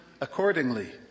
accordingly